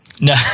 No